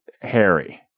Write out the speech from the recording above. Harry